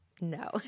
no